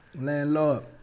landlord